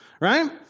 Right